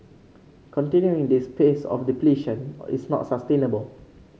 continuing this pace of depletion is not sustainable